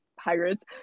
Pirates